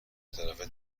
طرفه